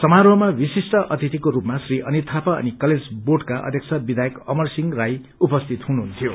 समारोहमाविशिष्ट अतिथिको स्लपमा श्री अनित थापा अनि कलेज बोंडका अध्यक्ष विधायक अमरसिंह राई उपस्थित हुनुहुन्थ्यो